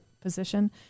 position